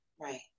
right